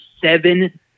seven